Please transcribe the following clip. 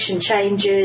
changes